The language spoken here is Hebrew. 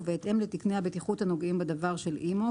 ובהתאם לתקני הבטיחות הנוגעים בדבר של אימ"ו,